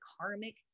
karmic